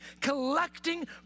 collecting